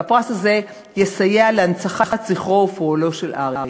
והפרס הזה יסייע להנצחת זכרו ופועלו של אריק.